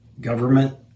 government